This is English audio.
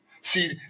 See